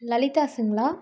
லலிதாஸ்ங்களா